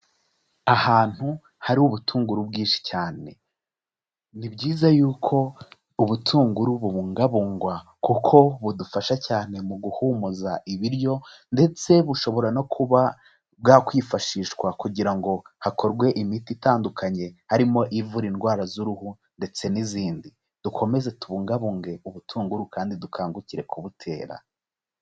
Ahantu hari ubutunguru bwinshi cyane, ni byiza yuko ubutunguru bubungabungwa kuko budufasha cyane mu guhumuza ibiryo ndetse bushobora no kuba bwakwifashishwa kugira ngo hakorwe imiti itandukanye, harimo ivura indwara z'uruhu ndetse n'izindi, dukomeze tubungabunge ubutunguru kandi dukangukire kubutera.